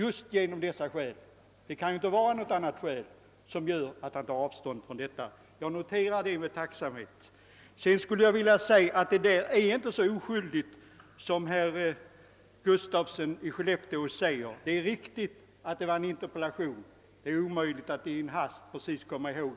Det måste ha skett just av dessa skäl; det kan inte finnas någon annan anledning. Frågan om avveckling även på vissa bristorter är emellertid inte så oskyldig som herr Gustafsson i Skellefteå påstår. Det är riktigt att det var en interpellation; det är omöjligt att i en hast komma ihåg alla detaljer.